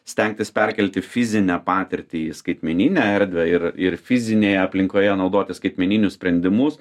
stengtis perkelti fizinę patirtį į skaitmeninę erdvę ir ir fizinėje aplinkoje naudoti skaitmeninius sprendimus